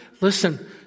Listen